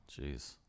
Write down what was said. Jeez